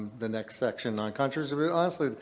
the next section on controversy. honestly,